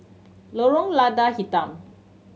Lorong Lada Hitam